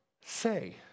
say